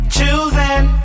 Choosing